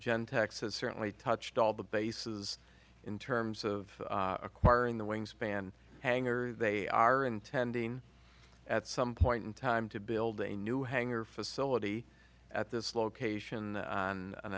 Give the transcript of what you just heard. gentex has certainly touched all the bases in terms of acquiring the wingspan hangar they are intending at some point in time to build a new hangar facility at this